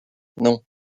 non